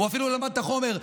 הוא אפילו לא למד את החומר.